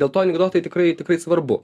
dėl to anekdotai tikrai tikrai svarbu